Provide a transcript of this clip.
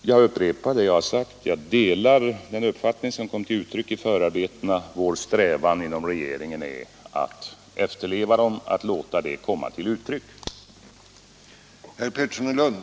Jag upprepar att jag delar den uppfattning som kommit till uttryck i förarbetena till reglerna för frågeinstituten och att vår strävan inom regeringen är att efterleva dessa regler.